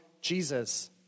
Jesus